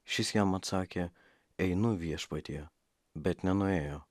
šis jam atsakė einu viešpatie bet nenuėjo